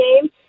game